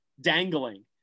dangling